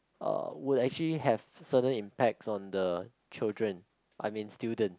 uh would actually have certain impacts on the children I mean students